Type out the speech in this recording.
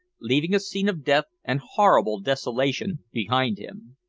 leaving a scene of death and horrible desolation behind him.